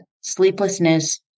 sleeplessness